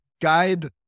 guide